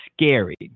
scary